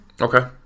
Okay